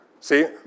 See